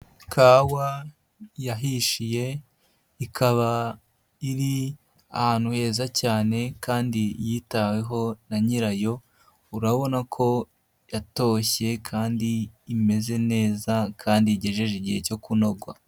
Kawa yahishiye ikaba iri ahantu heza cyane kandi yitaweho na nyirayo urabona ko yatoshye kandi imeze neza kandi igejeje igihe cyo kunogwa.